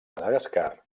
madagascar